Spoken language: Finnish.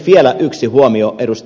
vielä yksi huomio ed